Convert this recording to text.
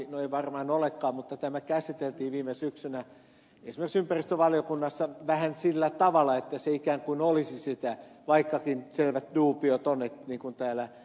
no ei varmaan olekaan mutta tämä käsiteltiin viime syksynä esimerkiksi ympäristövaliokunnassa vähän sillä tavalla että se ikään kuin olisi sitä vaikkakin selvät dubiot on niin kuin täällä ed